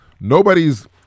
Nobody's